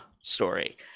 story